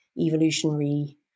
evolutionary